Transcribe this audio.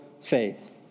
faith